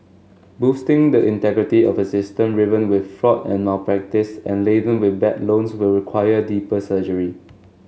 boosting the integrity of a system riven with fraud and malpractice and laden with bad loans will require deeper surgery